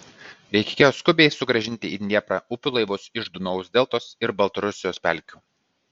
reikėjo skubiai sugrąžinti į dnieprą upių laivus iš dunojaus deltos ir baltarusijos pelkių